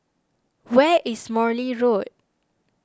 where is Morley Road